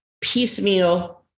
piecemeal